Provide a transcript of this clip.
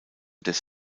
des